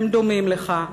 הם דומים לך,